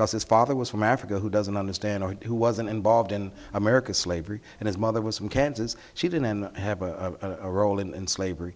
because his father was from africa who doesn't understand or who wasn't involved in america's slavery and his mother was from kansas she didn't have a role in slavery